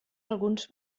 alguns